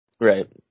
Right